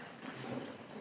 Hvala